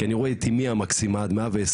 כי אני רואה את אימי המקסימה עד 120,